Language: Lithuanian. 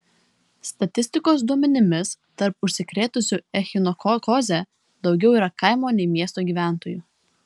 statistikos duomenimis tarp užsikrėtusių echinokokoze daugiau yra kaimo nei miesto gyventojų